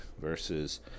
versus